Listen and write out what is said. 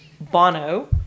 Bono